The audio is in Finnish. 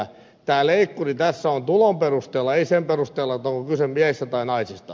tämä leikkuri tässä on tulon perusteella ei sen perusteella onko kyse miehistä vai naisista